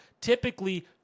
typically